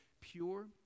pure